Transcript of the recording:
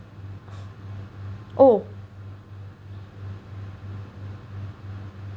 oh